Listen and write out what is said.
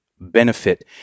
benefit